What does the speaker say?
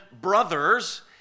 brothers